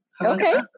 Okay